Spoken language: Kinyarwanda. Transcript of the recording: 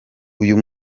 uyu